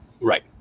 Right